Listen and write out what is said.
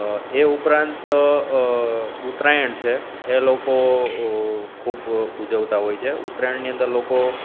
એ ઉપરાંત ઉત્તરાયણ છે એ લોકો ખૂબ ઉજવતા હોય છે ઉત્તરાયણની અંદર લોકો